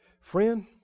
Friend